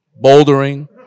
bouldering